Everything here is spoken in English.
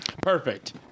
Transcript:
Perfect